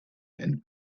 and